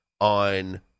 on